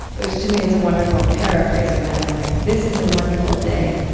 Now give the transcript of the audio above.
which to me is a wonderful paraphrase of that, anyway this is a wonderful day.